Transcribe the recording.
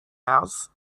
house